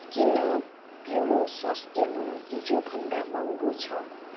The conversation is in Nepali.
किन प्योरो स्वस्थ नुन हिजो भन्दा महँगो छ